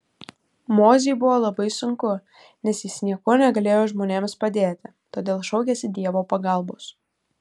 mozei buvo labai sunku nes jis niekuo negalėjo žmonėms padėti todėl šaukėsi dievo pagalbos